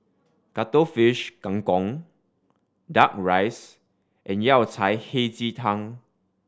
Cuttlefish Kang Kong Duck Rice and Yao Cai Hei Ji Tang